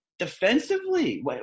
defensively